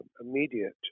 immediate